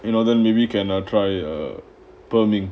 you know then maybe you can try err perming